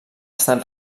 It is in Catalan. estat